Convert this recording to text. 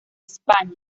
españa